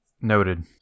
Noted